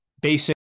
basic